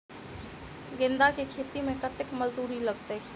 गेंदा केँ खेती मे कतेक मजदूरी लगतैक?